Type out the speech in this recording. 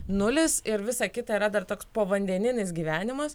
nulis ir visa kita yra dar toks povandeninis gyvenimas